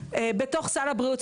בתוך סל הבריאות.